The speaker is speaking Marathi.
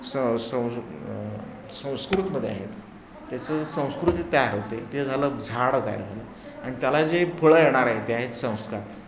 स सं संस्कृतमध्ये आहेत त्याचं संस्कृती तयार होते ते झालं झाडं तयार झालं आणि त्याला जे फळं येणार आहे ते आहेत संस्कार